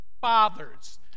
fathers